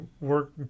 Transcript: work